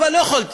אבל לא יכולתי.